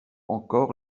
encore